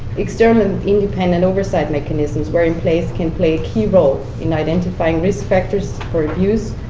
external, and independent oversight mechanisms, where in place, can play a key role in identifying risk factors for abuse,